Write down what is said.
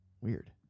Weird